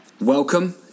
Welcome